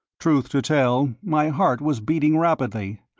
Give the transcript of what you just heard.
truth to tell my heart was beating rapidly,